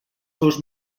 seus